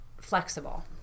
flexible